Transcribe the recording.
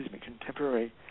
contemporary